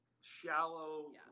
shallow